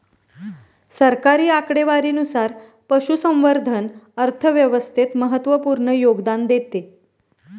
सरकारी आकडेवारीनुसार, पशुसंवर्धन अर्थव्यवस्थेत महत्त्वपूर्ण योगदान देते